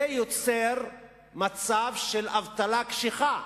זה יוצר מצב של אבטלה קשיחה.